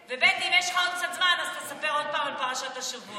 ואם יש לך עוד קצת זמן אז תספר עוד פעם על פרשת השבוע.